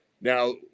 Now